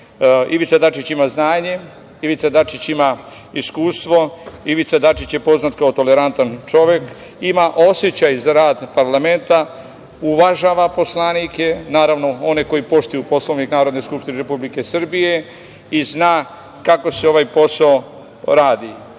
Dačić ima znanje, Ivica Dačić ima iskustvo, Ivica Dačić je poznat kao tolerantan čovek, ima osećaj za rad parlamenta, uvažava poslanike, naravno one koji poštuju Poslovnik Narodne skupštine Republike Srbije, i zna kako se ovaj posao radi. Ivica